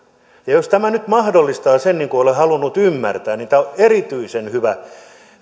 ja ja jos tämä nyt mahdollistaa sen niin kuin olen halunnut ymmärtää niin tämä on erityisen hyvä